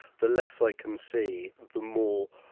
the less i can see the more